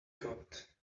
code